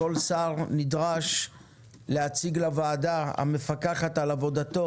כל שר נדרש להציג לוועדה המפקחת על עשייתו